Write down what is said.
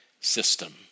system